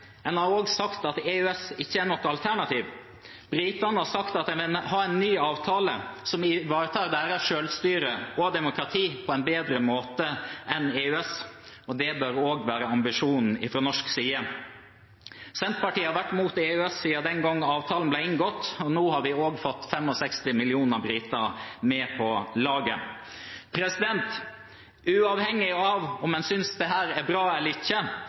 En har også sagt at EØS ikke er noe alternativ. Britene har sagt at de vil ha en ny avtale som ivaretar deres selvstyre og demokrati på en bedre måte enn EØS, og det bør også være ambisjonen fra norsk side. Senterpartiet har vært mot EØS siden den gangen avtalen ble inngått, og nå har vi også fått 65 millioner briter med på laget. Uavhengig av om man synes dette er bra eller ikke,